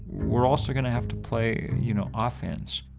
we're also going to have to play, and you know, offense.